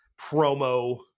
promo